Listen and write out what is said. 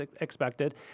expected